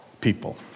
people